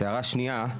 הערה שנייה,